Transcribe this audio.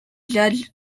judge